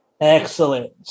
Excellent